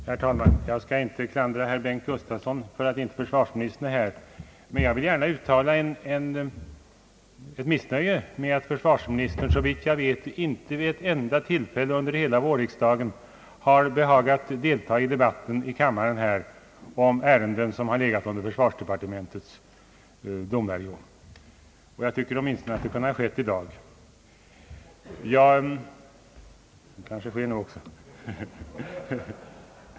Herr talman! Jag skall inte klandra herr Bengt Gustavsson för att inte försvarsministern är här, men jag vill gärna uttala ett missnöje med att försvarsministern såvitt jag vet inte vid ett enda tillfälle under vårriksdagen behagat deltaga i debatten i kammaren om ärenden som legat under försvarsministerns domvärjo. Jag tycker åtminstone att det kunde ha skett i dag.